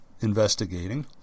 investigating